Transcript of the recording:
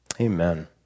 Amen